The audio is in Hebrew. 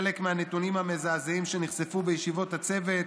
חלק מהנתונים המזעזעים שנחשפו בישיבות הצוות